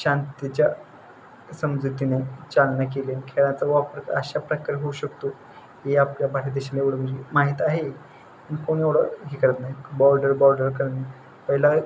शांतीच्या समजुतीने चालना केले खेळाचा वापर अशा प्रकारे होऊ शकतो हे आपल्या भारत देशाला एवढं म्हणजे माहीत आहे कोणी एवढं हे करत नाही बॉर्डर बॉर्डर करणे पहिला